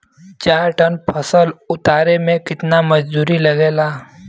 चार टन फसल उतारे में कितना मजदूरी लागेला?